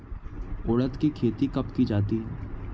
उड़द की खेती कब की जाती है?